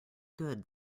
good